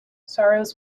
sorrows